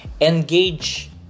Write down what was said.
engage